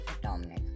Dominic